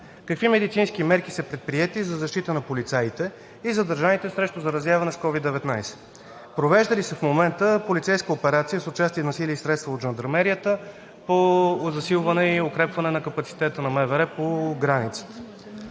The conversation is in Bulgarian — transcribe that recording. Какви медицински мерки са предприети за защита на полицаите и задържаните срещу заразяване с COVID-19? Провежда ли се в момента полицейска операция с участие на сили и средства от жандармерията по засилване и укрепване на капацитета на МВР по границата?